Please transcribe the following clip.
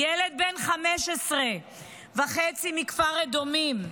ילד בן 15 וחצי מכפר אדומים.